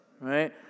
right